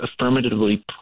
affirmatively